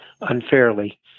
unfairly